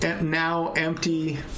now-empty